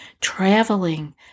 traveling